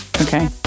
Okay